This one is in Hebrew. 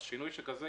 אז שינוי שכזה,